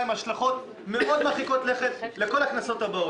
עם השלכות מאוד מרחיקות לכת לכל הכנסות הבאות,